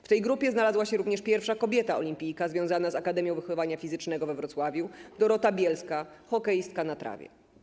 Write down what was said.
W tej grupie znalazła się również pierwsza kobieta olimpijka związana z Akademią Wychowania Fizycznego we Wrocławiu, Dorota Bielska, hokeistka na trawie.